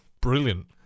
Brilliant